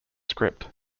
script